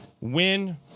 Win